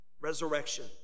Resurrection